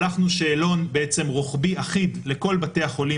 שלחנו שאלון רוחבי אחיד לכל בתי החולים